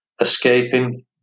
escaping